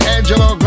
Angelo